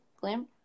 Glam